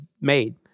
made